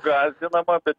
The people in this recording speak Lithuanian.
gąsdinama bet